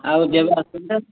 ଆଉ ଯେବେ